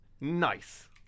Nice